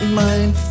mind